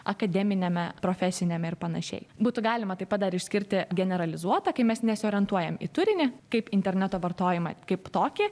akademiniame profesiniame ir panašiai būtų galima taip pat dar išskirti generalizuota kai mes nesiorientuojam į turinį kaip interneto vartojimą kaip tokį